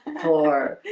for